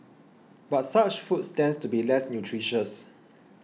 but such foods tend to be less nutritious